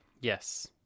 Yes